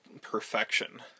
perfection